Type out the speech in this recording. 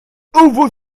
over